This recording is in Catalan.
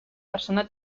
persona